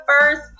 first